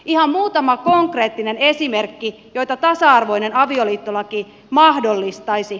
ihan muutama konkreettinen esimerkki joita tasa arvoinen avioliittolaki mahdollistaisi